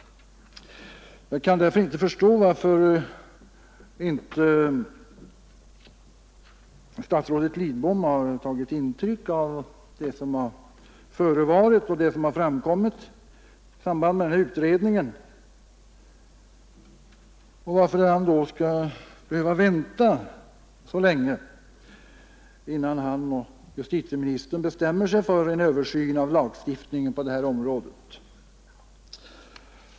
Jag kan därför inte förstå varför inte statsrådet Lidbom har tagit intryck av det som framkommit i samband med den här utredningen och varför han skall behöva vänta så länge innan han och justitieministern bestämmer sig för en översyn av lagstiftningen på detta område.